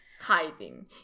hiding